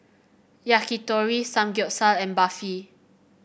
Yakitori Samgyeopsal and Barfi